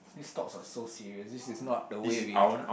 these talks are so serious this is not the way we